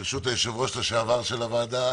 ברשות היושב-ראש לשעבר של הוועדה